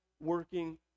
working